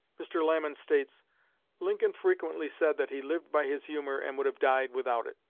mr. lamon states lincoln frequently said that he lived by his humor and would have died without it.